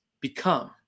become